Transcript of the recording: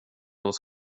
oss